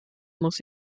muss